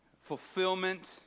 fulfillment